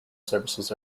services